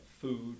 food